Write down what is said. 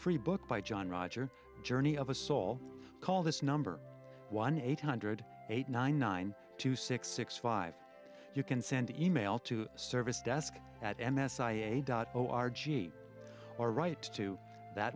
free book by john roger journey of a soul call this number one eight hundred eight nine nine two six six five you can send e mail to service desk at m s i a dot o r gene or right to that